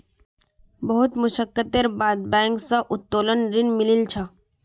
बहुत मशक्कतेर बाद बैंक स उत्तोलन ऋण मिलील छ